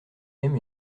même